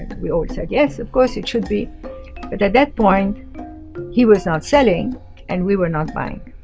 but we all said, yes, of course it should be. but at that point he was not selling and we were not buying.